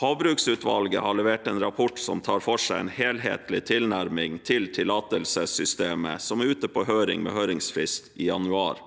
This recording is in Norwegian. Havbruksutvalget har levert en rapport som tar for seg en helhetlig tilnærming til tillatelsessystemet, som er ute på høring med høringsfrist i januar.